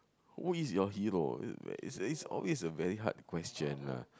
who is your hero it's it's always a very hard question lah